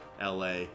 LA